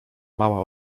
mała